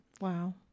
Wow